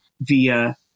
via